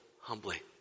humbly